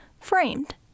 Framed